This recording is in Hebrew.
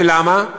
ולמה?